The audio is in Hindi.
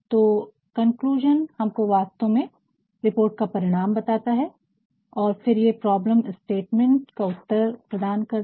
तो कन्क्लूज़न हमको वास्तव में रिपोर्ट का परिणाम बताता है और फिर ये प्रॉब्लम स्टेटमेंट समस्या विवरण का उत्तर प्रदान करते है